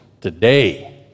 today